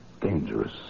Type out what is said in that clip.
dangerous